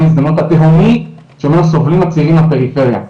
ההזדמנויות התהומי שממנו סובלים הצעירים בפריפריה,